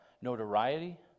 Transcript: notoriety